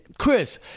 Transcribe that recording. Chris